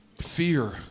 Fear